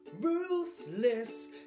ruthless